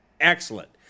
Excellent